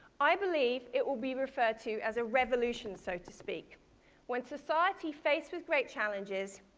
i believe it will be referred to as a revolution, so to speak when society, faced with great challenges,